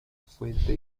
fuente